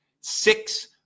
Six